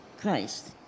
Christ